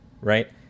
right